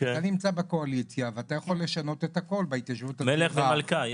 אתה נמצא בקואליציה ואתה יכול לשנות את הכל בהתיישבות -- מלך ומלכה.